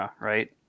right